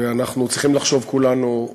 ואנחנו צריכים לחשוב, כולנו,